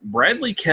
Bradley